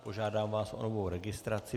Požádám vás o novou registraci.